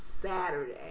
Saturday